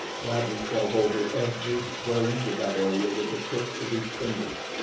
bradley felt over every square inch of that area with the tips of his fingers.